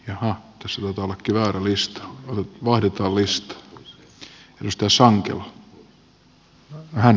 ja tosi lupaava kiväärin lista on vahdittava uudistuksen tavoite